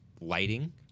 lighting